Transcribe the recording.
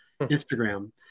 Instagram